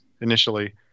initially